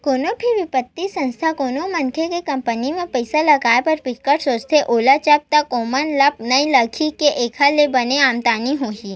कोनो भी बित्तीय संस्था कोनो मनखे के कंपनी म पइसा लगाए बर बिकट सोचथे घलो जब तक ओमन ल नइ लगही के एखर ले बने आमदानी होही